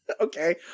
Okay